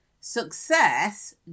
success